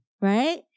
right